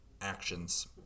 actions